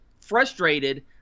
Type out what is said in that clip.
frustrated